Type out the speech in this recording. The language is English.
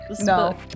No